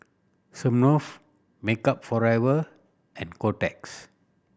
Smirnoff Makeup Forever and Kotex